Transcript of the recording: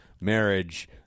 marriage